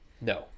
No